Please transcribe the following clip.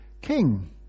King